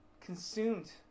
consumed